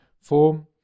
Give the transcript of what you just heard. form